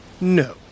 No